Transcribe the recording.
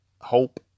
hope